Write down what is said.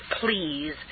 please